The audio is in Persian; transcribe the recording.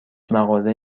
مغازه